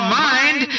mind